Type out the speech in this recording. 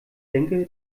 denke